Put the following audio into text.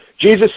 Jesus